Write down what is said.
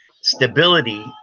stability